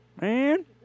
man